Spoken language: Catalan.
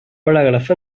paràgraf